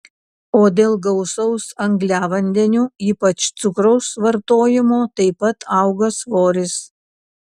o dėl gausaus angliavandenių ypač cukraus vartojimo taip pat auga svoris